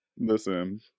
Listen